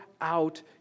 out